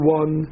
one